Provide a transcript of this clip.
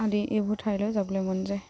আদি এইবোৰ ঠাইলৈ যাবলৈ মন যায়